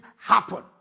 happen